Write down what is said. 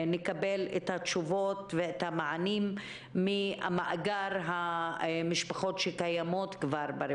הזה ולמשפחות שקיימות כבר במאגר של הרווחה.